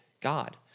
God